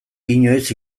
inoiz